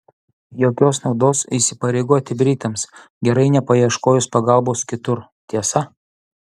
jokios naudos įsipareigoti britams gerai nepaieškojus pagalbos kitur tiesa